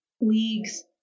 leagues